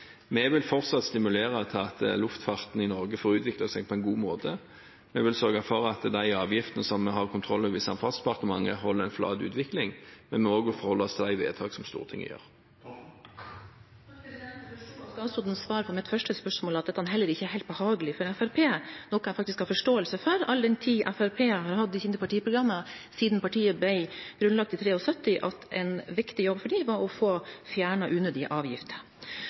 Vi vil fortsatt stimulere til at luftfarten i Norge får utvikle seg på en god måte. Vi vil sørge for at de avgiftene som vi har kontroll over i Samferdselsdepartementet, holder en flat utvikling, men vi må også forholde oss til de vedtakene som Stortinget gjør. Jeg forsto av statsrådens svar på mitt første spørsmål at dette heller ikke er helt behagelig for Fremskrittspartiet, noe jeg faktisk har forståelse for, all den tid Fremskrittspartiet har hatt i sine partiprogrammer siden partiet ble grunnlagt i 1973, at en viktig jobb for dem var å få fjernet unødige avgifter.